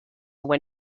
when